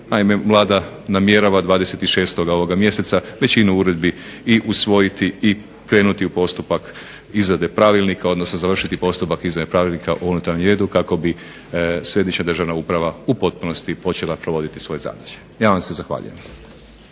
Naime, Vlada namjerava 26-oga ovoga mjeseca većinu uredbi i usvojiti i krenuti u postupak izrade pravilnika, odnosno završiti postupak izrade pravilnika o unutarnjem redu kako bi Središnja državna uprava u potpunosti počela provoditi svoje zadaće. Ja vam se zahvaljujem.